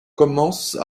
commence